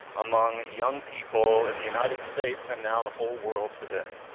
among young people in the united states and now the whole world today.